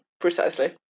precisely